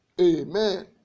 amen